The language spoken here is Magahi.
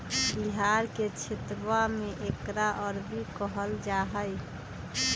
बिहार के क्षेत्रवा में एकरा अरबी कहल जाहई